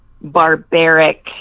barbaric